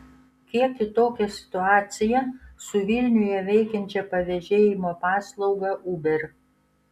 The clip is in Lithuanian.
kiek kitokia situacija su vilniuje veikiančia pavežėjimo paslauga uber